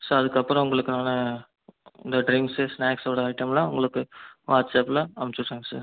sir அதுக்கப்பறோம் உங்களுக்கு நான் இந்த ட்ரிங்க்ஸ்ஸு ஸ்நாக்ஸ்ஸோட ஐட்டம்லாம் உங்களுக்கு வாட்ஸ் ஆஃப்பில் அமிச்சிவுடுறங்க சார்